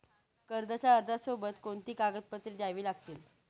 कर्जाच्या अर्जासोबत कोणती कागदपत्रे द्यावी लागतील?